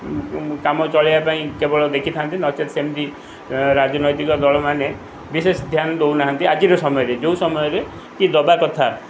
କାମ ଚଳାଇବା ପାଇଁ କେବଳ ଦେଖିଥାନ୍ତି ନଚେତ୍ ସେମିତି ରାଜନୈତିକ ଦଳମାନେ ବିଶେଷ ଧ୍ୟାନ ଦେଉନାହାନ୍ତି ଆଜିର ସମୟରେ ଯେଉଁ ସମୟରେ କି ଦେବାକଥା